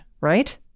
right